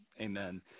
amen